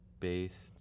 Based